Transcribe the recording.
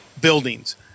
buildings